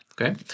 okay